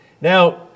Now